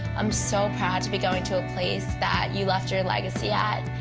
i'm so proud to be going to a place that you left your legacy at,